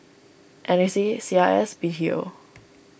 N A C C I S B T O